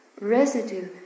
residue